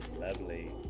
Lovely